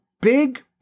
big